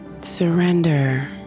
Surrender